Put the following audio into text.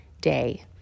day